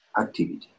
activity